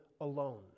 alone